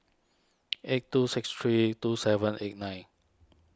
eight two six three two seven eight nine